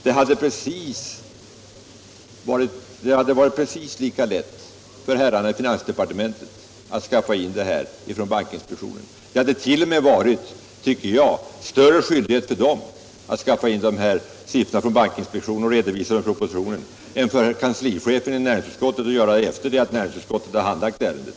Det hade varit precis lika lätt för herrarna i finansdepartementet att skaffa in det här papperet från bankinspektionen. Det finns t.o.m., tycker jag, större skyldighet för departementet att skaffa in siffrorna från bankinspektionen och redovisa dem i propositionen än för kanslichefen i näringsutskottet att göra det efter det att utskottet handlagt ärendet.